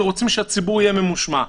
ורוצים שהציבור יהיה ממושמע.